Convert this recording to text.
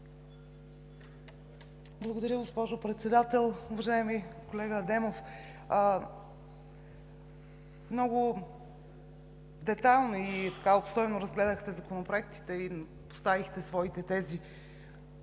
Благодаря Ви, госпожо Председател. Уважаеми колега Адемов, много детайлно и обстойно разгледахте законопроектите и поставихте своите тези.